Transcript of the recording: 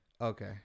Okay